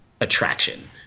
attraction